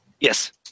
yes